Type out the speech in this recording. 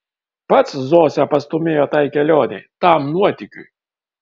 pats zosę pastūmėjo tai kelionei tam nuotykiui